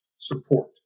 support